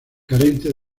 carente